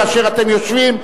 כאשר אתם יושבים,